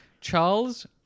Charles